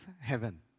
heaven